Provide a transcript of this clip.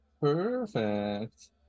Perfect